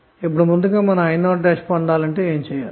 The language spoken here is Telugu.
ఇప్పుడుముందుగా i0ను పొందాలంటే ఏమి చేయాలి